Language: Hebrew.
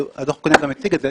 הדוח הקודם גם הציג את זה,